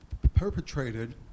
perpetrated